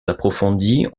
approfondies